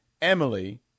Emily